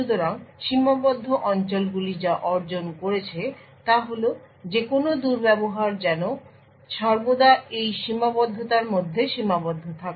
সুতরাং সীমাবদ্ধ অঞ্চলগুলি যা অর্জন করেছে তা হল যে কোনও দুর্ব্যবহার যেন সর্বদা এই সীমাবদ্ধতার মধ্যে সীমাবদ্ধ থাকে